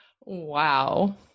wow